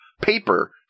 paper